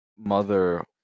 Mother